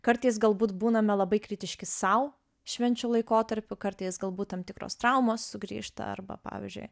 kartais galbūt būname labai kritiški sau švenčių laikotarpiu kartais galbūt tam tikros traumos sugrįžta arba pavyzdžiui